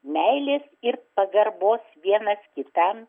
meilės ir pagarbos vienas kitam